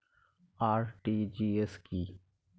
RTGS কি?